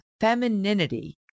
femininity